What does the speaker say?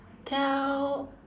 tell